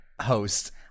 Host